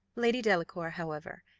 lady delacour, however,